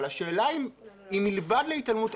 אבל השאלה היא אם מלבד ההתעלמות,